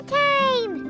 time